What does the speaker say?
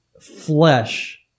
flesh